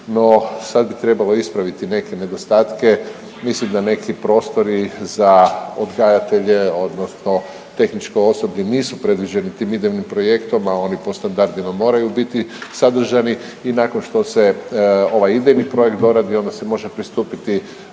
no sad bi trebalo ispraviti neke nedostatke, mislim da neki prostori za odgajatelje odnosno tehničko osoblje nisu predviđeni tim idejnim projektom, a oni po standardima moraju biti sadržani i nakon što se ovaj idejni projekt doradi onda se može pristupiti